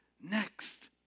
next